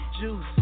juice